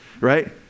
right